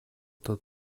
тот